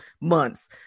months